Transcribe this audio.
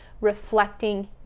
reflecting